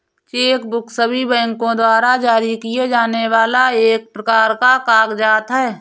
check book सभी बैंको द्वारा जारी किए जाने वाला एक प्रकार का कागज़ात है